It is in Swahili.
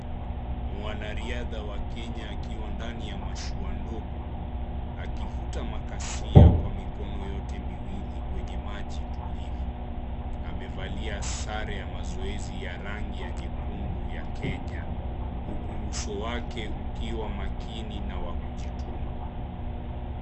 Mwanariadha wa Kenya, akiwa ndani ya mashua ndogo, Akifuta makazia kwa mikono yote miwili kwenye maji tulivu. Amevalia sare ya mazoezi ya rangi ya nyekundu ya Kenya. Huku uso wake ukiwa makini na wa kujituma.